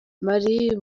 bari